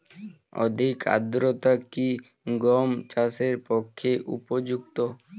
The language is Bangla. অধিক আর্দ্রতা কি গম চাষের পক্ষে উপযুক্ত?